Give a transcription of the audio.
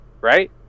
right